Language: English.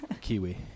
kiwi